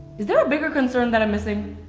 is there a bigger concern that i'm missing?